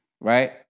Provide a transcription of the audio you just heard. Right